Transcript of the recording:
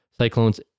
Cyclones